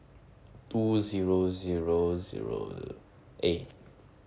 two zero zero zero A